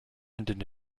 ended